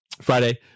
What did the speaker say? Friday